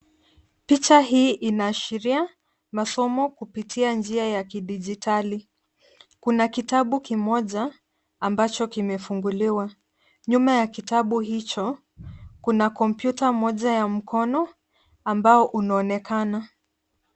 Picha hii inashiria masomo kupitia njia ya kidijitali. Kuna kitabu kimoja ambacho kimefunguliwa. Nyuma ya kitabu hicho, kuna kompyuta moja ya mkononi ambao inaonekana.